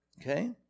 okay